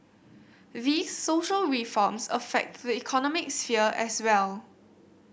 these social reforms affect the economic sphere as well